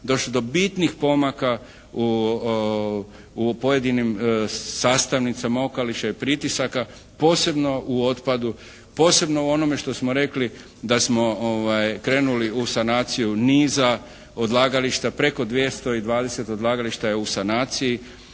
došlo do bitnih pomaka u pojedinim sastavnicama okoliša i pritisaka posebno u otpadu, posebno u onome što smo rekli da smo krenuli u sanaciju niza odlagališta preko 220 odlagališta je u sanaciji.